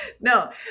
No